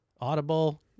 Audible